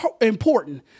important